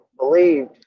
believed